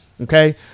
okay